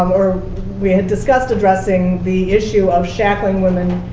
or we had discussed addressing, the issue of shackling women